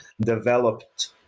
developed